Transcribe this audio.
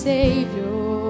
Savior